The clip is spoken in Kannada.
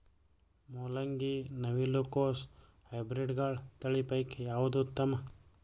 ಮೊಲಂಗಿ, ನವಿಲು ಕೊಸ ಹೈಬ್ರಿಡ್ಗಳ ತಳಿ ಪೈಕಿ ಯಾವದು ಉತ್ತಮ?